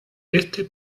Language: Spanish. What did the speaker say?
este